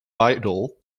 biddle